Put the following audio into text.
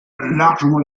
largement